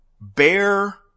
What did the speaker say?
bear